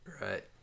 right